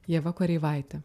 ieva kareivaite